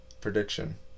Prediction